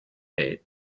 date